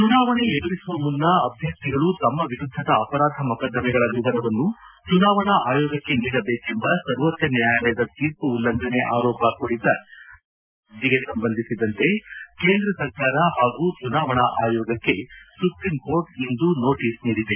ಚುನಾವಣೆ ಎದುರಿಸುವ ಮುನ್ನ ಅಭ್ಯರ್ಥಿಗಳು ತಮ್ಮ ವಿರುದ್ದದ ಅಪರಾಧ ಮೊಕದ್ದಮೆಗಳ ವಿವರವನ್ನು ಚುನಾವಣಾ ಆಯೋಗಕ್ಕೆ ನೀಡಬೇಕೆಂಬ ಸರ್ವೋಚ್ಟ ನ್ಯಾಯಾಲಯದ ತೀರ್ಪು ಉಲ್ಲಂಘನೆ ಆರೋಪ ಕುರಿತ ನ್ಯಾಯಾಂಗ ನಿಂದನೆ ಅರ್ಜಿಗೆ ಸಂಬಂಧಿಸಿದಂತೆ ಕೇಂದ್ರ ಸರ್ಕಾರ ಹಾಗೂ ಚುನಾವಣಾ ಆಯೋಗಕ್ಕೆ ಸುಪ್ರೀಂಕೋರ್ಟ್ ಇಂದು ನೋಟಿಸ್ ನೀಡಿದೆ